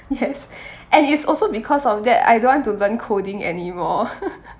yes and it's also because of that I don't want to learn coding anymore